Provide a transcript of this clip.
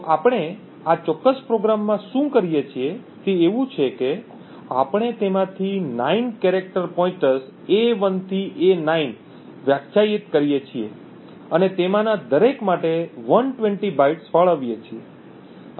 તો આપણે આ ચોક્કસ પ્રોગ્રામમાં શું કરીએ છીએ તે એવું છે કે આપણે તેમાંથી 9 કેરેક્ટર પોઇન્ટર a1 થી a9 વ્યાખ્યાયિત કરીએ છીએ અને તેમાંના દરેક માટે 120 બાઇટ્સ ફાળવીએ છીએ